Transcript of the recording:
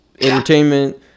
entertainment